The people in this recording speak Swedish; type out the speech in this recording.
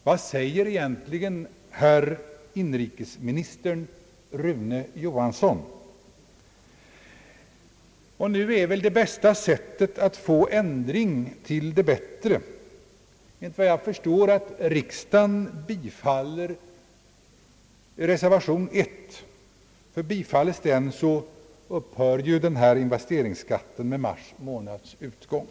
Vad säger egentligen herr inrikesministern Rune Johansson? Nu är väl, enligt vad jag förstår, bästa sättet att få en ändring till det bättre att riksdagen bifaller reservation nr 1, ty då upphör ju den här investeringsskatten med mars månads utgång.